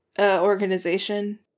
organization